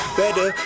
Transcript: better